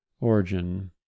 origin